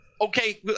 Okay